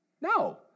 No